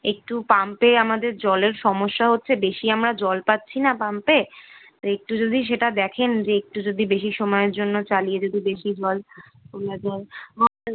একটু পাম্পে আমাদের জলের সমস্যা হচ্ছে বেশি আমরা জল পাচ্ছি না পাম্পে তা একটু যদি সেটা দেখেন যে একটু যদি বেশি সময়ের জন্য চালিয়ে যদি বেশি জল তোলা যায় আর